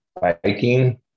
biking